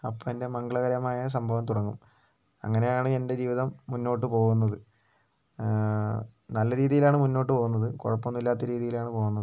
അപ്പം എൻ്റെ മംഗളകരമായ സംഭവം തുടങ്ങും അങ്ങനെയാണ് എൻ്റെ ജീവിതം മുന്നോട്ട് പോകുന്നത് നല്ല രീതിയിലാണ് മുന്നോട്ട് പോകുന്നത് കുഴപ്പമൊന്നുമില്ലാത്ത രീതിയിലാണ് പോകുന്നത്